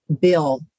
bill